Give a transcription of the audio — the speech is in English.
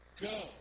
go